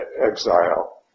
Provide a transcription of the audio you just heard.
exile